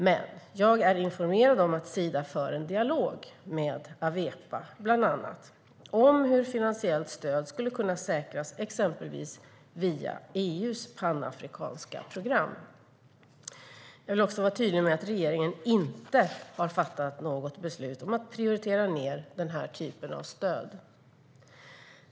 Men jag är informerad om att Sida för en dialog med Awepa, bland annat om hur finansiellt stöd skulle kunna säkras exempelvis via EU:s panafrikanska program. Jag vill också vara tydlig med att regeringen inte har fattat något beslut om att prioritera ned den här typen av stöd.